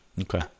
Okay